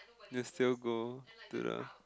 this still go to the